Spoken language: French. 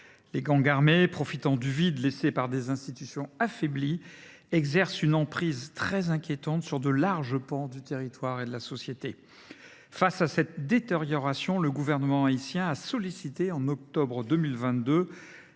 Les gangs armés, profitant du vide laissé par des institutions affaiblies, exercent une emprise très inquiétante sur de larges pans du territoire et sur une part toujours croissante de la société. Face à cette détérioration, le Gouvernement haïtien a sollicité en octobre 2022